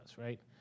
right